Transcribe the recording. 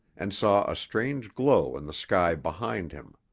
and saw a strange glow in the sky behind him.